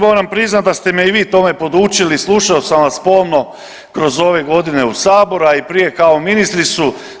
Moram priznati da ste me i vi tome podučili, slušao sam vas pomno kroz ove godine u Saboru, a i prije kao ministricu.